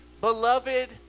beloved